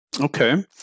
Okay